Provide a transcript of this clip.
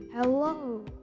Hello